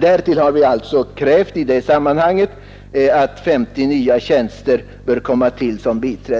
Dessutom har vi i detta sammanhang krävt att 50 nya biträdestjänster skall tillkomma.